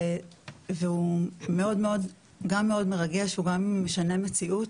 הוא גם מאוד מרגש והוא גם משנה מציאות,